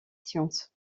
sciences